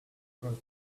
got